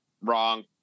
Wrong